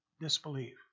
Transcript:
disbelief